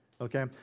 Okay